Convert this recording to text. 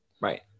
Right